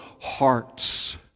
hearts